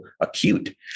acute